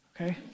okay